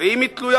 ואם היא תלויה